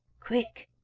quick!